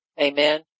Amen